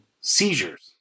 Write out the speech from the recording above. seizures